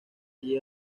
allí